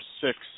six